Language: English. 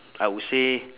I would say